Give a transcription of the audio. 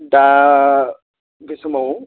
दा बे समाव